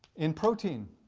in protein?